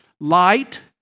light